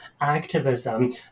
activism